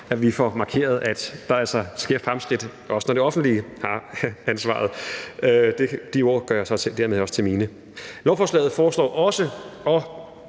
at vi får markeret, at der altså sker fremskridt, også når det offentlige har ansvaret. De ord gør jeg så dermed også til mine. Lovforslaget foreslår som